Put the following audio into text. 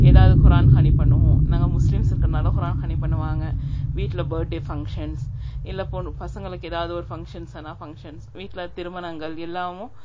ஏதாவுது குரான் ஹனி பண்ணுவோம் நாங்கள் முஸ்லீம்ஸ் இருக்கிறனால குரான் ஹனி பண்ணுவாங்க வீட்டில் பர்த்டே ஃபங்ஷன்ஸ் இல்லை பொ பசங்களுக்கு எதாவது ஒரு ஃபங்ஷன் ஸனா ஃபங்ஷன்ஸ் வீட்டில் திருமணங்கள் எல்லாமும்